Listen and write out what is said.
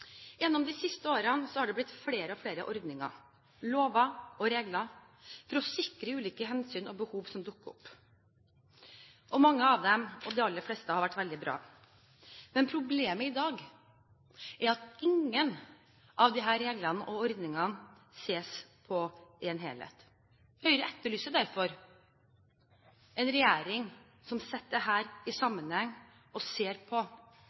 Gjennom de siste årene har det blitt flere og flere ordninger, lover og regler for å sikre ulike hensyn og behov som dukker opp, og mange av dem – de aller fleste – har vært veldig bra. Men problemet i dag er at ingen av disse reglene og ordningene ses på i en helhet. Høyre etterlyser derfor en regjering som setter dette i en sammenheng, og ser på